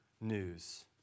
news